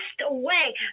away